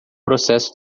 processo